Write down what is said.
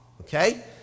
Okay